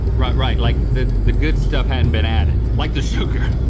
right, right, like the the good stuff hadn't been added. like the sugar.